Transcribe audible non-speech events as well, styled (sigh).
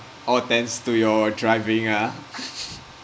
all thanks to your driving ah (laughs)